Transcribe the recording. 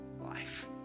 life